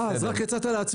אה, אז רק יצאת להצביע?